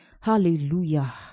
hallelujah